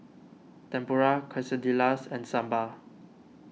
Tempura Quesadillas and Sambar